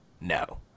No